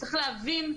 וצריך להבין =